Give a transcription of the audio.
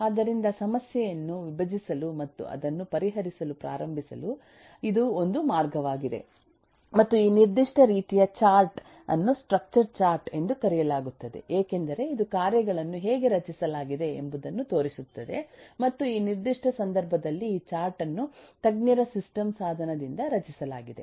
ಆದ್ದರಿಂದ ಸಮಸ್ಯೆಯನ್ನು ವಿಭಜಿಸಲು ಮತ್ತು ಅದನ್ನು ಪರಿಹರಿಸಲು ಪ್ರಾರಂಭಿಸಲು ಇದು ಒಂದು ಮಾರ್ಗವಾಗಿದೆ ಮತ್ತು ಈ ನಿರ್ದಿಷ್ಟ ರೀತಿಯ ಚಾರ್ಟ್ ಅನ್ನು ಸ್ಟ್ರಕ್ಚರ್ ಚಾರ್ಟ್ ಎಂದು ಕರೆಯಲಾಗುತ್ತದೆ ಏಕೆಂದರೆ ಇದು ಕಾರ್ಯಗಳನ್ನು ಹೇಗೆ ರಚಿಸಲಾಗಿದೆ ಎಂಬುದನ್ನು ತೋರಿಸುತ್ತದೆ ಮತ್ತು ಈ ನಿರ್ದಿಷ್ಟ ಸಂದರ್ಭದಲ್ಲಿ ಈ ಚಾರ್ಟ್ ಅನ್ನು ತಜ್ಞರ ಸಿಸ್ಟಮ್ ಸಾಧನದಿಂದ ರಚಿಸಲಾಗಿದೆ